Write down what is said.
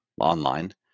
online